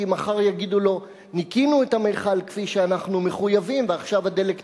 כי מחר יגידו לו: ניקינו את המכל כפי שאנחנו מחויבים ועכשיו הדלק תקין,